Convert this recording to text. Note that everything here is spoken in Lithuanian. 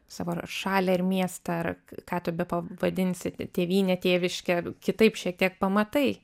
savo ar šalį ar miestą ar ką tu bepavadinsi tėvyne tėviške kitaip šiek tiek pamatai